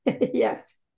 Yes